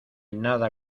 nada